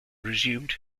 resumed